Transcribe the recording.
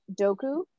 Doku